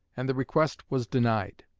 and the request was denied.